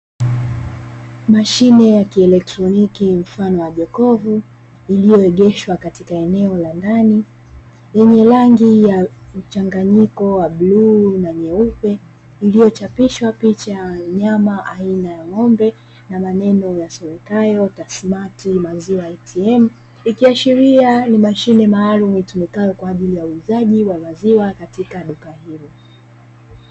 Mashine ya kielektroniki mfano wa jokofu iliyoegeshwa katika eneo la ndani, lenye rangi ya mchanganyiko wa bluu na nyeupe iliyochapishwa picha ya wanyama aina ya ng'ombe na maneno yasomekayo "TASSMATT maziwa ATM". Ikiashiria ni mashine maalumu itumikayo kwa ajili ya uuzaji wa maziwa katika duka hilo.